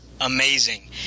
amazing